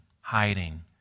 hiding